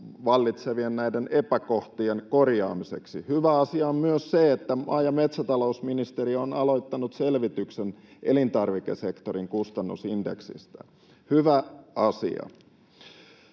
vallitsevien epäkohtien korjaamiseksi. Hyvä asia on myös se, että maa- ja metsätalousministeriö on aloittanut selvityksen elintarvikesektorin kustannusindeksistä. Hyvä asia.